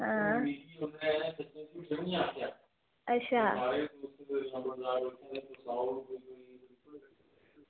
हां अच्छा